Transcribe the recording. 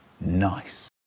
nice